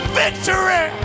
victory